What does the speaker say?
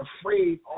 afraid